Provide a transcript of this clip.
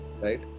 right